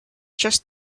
just